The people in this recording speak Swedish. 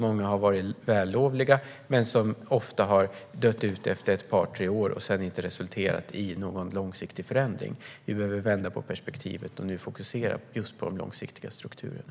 Många har varit vällovliga, men de har ofta dött ut efter ett par tre år och sedan inte resulterat i någon långsiktig förändring. Vi behöver nu vända på perspektivet och fokusera just på de långsiktiga strukturerna.